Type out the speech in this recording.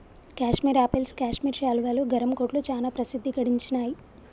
Kashmir apples Kashmir శాలువాలు, గరం కోట్లు చానా ప్రసిద్ధి గడించినాయ్